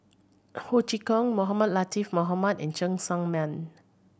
Ho Chee Kong Mohamed Latiff Mohamed and Cheng Sang Man